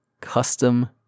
custom